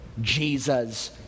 Jesus